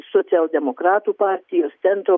socialdemokratų partijos centro partijos liberalų sąjūdžio